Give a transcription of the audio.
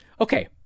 Okay